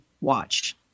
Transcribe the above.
watch